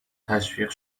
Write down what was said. تشویق